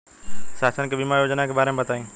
शासन के बीमा योजना के बारे में बताईं?